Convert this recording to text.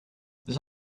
this